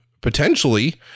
potentially